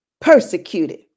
persecuted